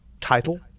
title